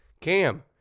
Cam